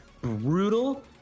brutal